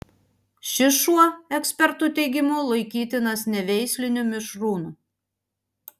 šis šuo ekspertų teigimu laikytinas neveisliniu mišrūnu